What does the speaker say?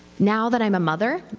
now that i'm a mother,